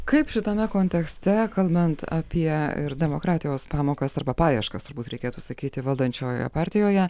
kaip šitame kontekste kalbant apie demokratijos pamokas arba paieškas turbūt reikėtų sakyti valdančiojoje partijoje